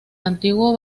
antiguo